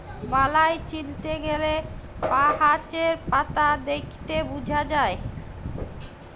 বালাই চিলতে গ্যালে গাহাচের পাতা দ্যাইখে বুঝা যায়